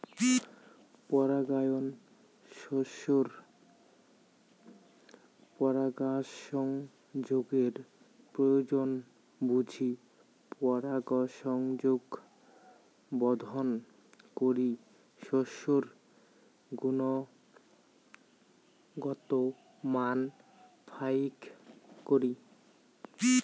পরাগায়ন শস্যের পরাগসংযোগের প্রয়োজন বুঝি পরাগসংযোগ বর্ধন করি শস্যের গুণগত মান ফাইক করি